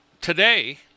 today